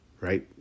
right